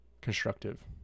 Constructive